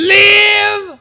live